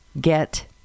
get